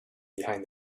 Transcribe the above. behind